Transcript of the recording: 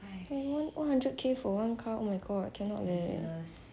you want one one hundred K for one car oh my god cannot leh